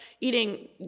eating